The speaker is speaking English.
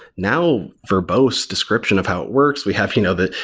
now, verbose description of how it works. we have you know the